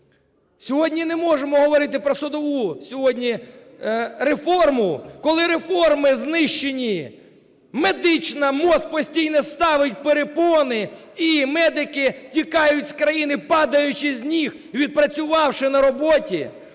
Сьогодні не можемо говорити про судову реформу, коли реформи знищені медична, МОЗ постійно ставить перепони, і медики тікають з країни, падаючи з ніг, відпрацювавши на роботі,